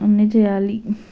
అన్ని చేయాలి